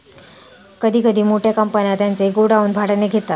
कधी कधी मोठ्या कंपन्या त्यांचे गोडाऊन भाड्याने घेतात